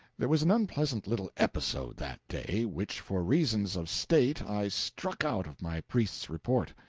there was an unpleasant little episode that day, which for reasons of state i struck out of my priest's report.